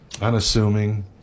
unassuming